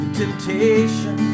temptation